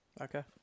Okay